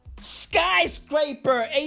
Skyscraper